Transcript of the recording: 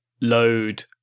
load